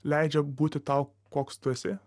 leidžia būti tau koks tu esi